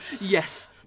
Yes